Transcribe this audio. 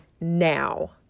now